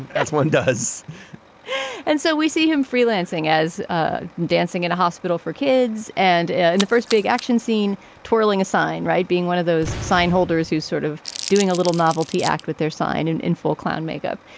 that's what it does and so we see him freelancing as ah dancing in a hospital for kids. and and the first big action scene twirling a sign right. being one of those sign holders who's sort of doing a little novelty act with their sign and in full clown makeup.